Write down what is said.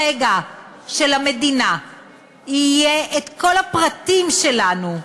ברגע שלמדינה יהיו כל הפרטים שלנו,